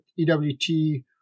EWT